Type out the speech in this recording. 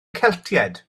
celtiaid